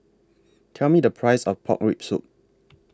Tell Me The Price of Pork Rib Soup